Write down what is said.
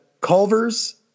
Culver's